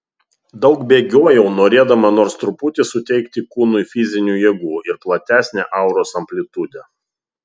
daug bėgiojau norėdama nors truputį suteikti kūnui fizinių jėgų ir platesnę auros amplitudę